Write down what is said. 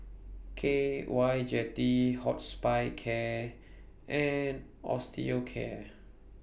K Y Jetty Hospicare and Osteocare